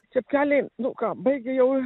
čepkeliai nu ką baigė jau